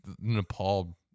Nepal